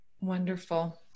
wonderful